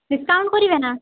discount କରିବେ ନା